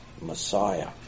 Messiah